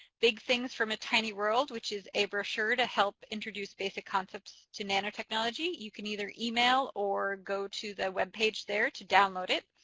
big things from a tiny world which is a brochure to help introduce basic concepts to nanotechnology. you can either email or go to the web page there to download it.